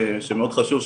שמאוד חשוב,